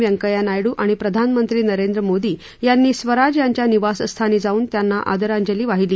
व्यंकय्या नायडू आणि प्रधानमंत्री नरेंद्र मोदी यांनी स्वराज यांच्या निवासस्थानी जाऊन त्यांना आदरांजली वाहिली